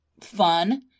fun